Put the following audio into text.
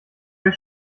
euch